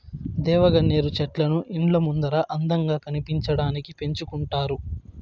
దేవగన్నేరు చెట్లను ఇండ్ల ముందర అందంగా కనిపించడానికి పెంచుకుంటారు